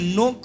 no